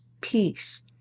peace